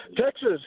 Texas